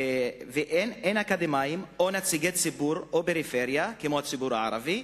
אין אקדמאים או נציגי ציבור או פריפריה כמו הציבור הערבי.